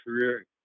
career